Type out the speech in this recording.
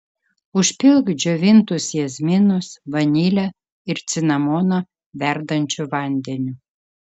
užpilk džiovintus jazminus vanilę ir cinamoną verdančiu vandeniu